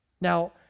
Now